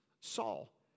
Saul